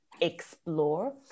explore